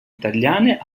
italiane